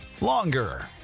longer